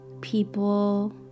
people